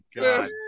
god